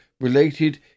related